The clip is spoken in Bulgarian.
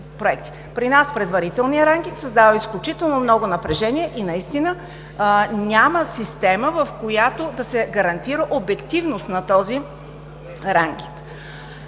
При нас предварителният ранкинг създава изключително много напрежение и няма система, в която да се гарантира обективност на този ранкинг.